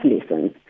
lessons